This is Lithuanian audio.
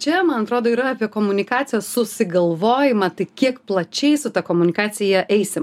čia man atrodo yra apie komunikacijos susigalvojimą tai kiek plačiai su ta komunikacija eisim